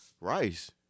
Rice